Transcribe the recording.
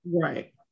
right